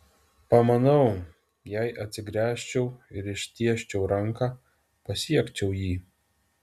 pamanau jei atsigręžčiau ir ištiesčiau ranką pasiekčiau jį